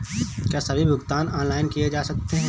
क्या सभी भुगतान ऑनलाइन किए जा सकते हैं?